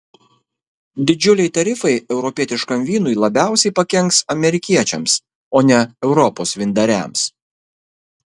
didžiuliai tarifai europietiškam vynui labiausiai pakenks amerikiečiams o ne europos vyndariams